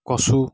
কচু